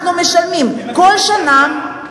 אנחנו משלמים כל שנה,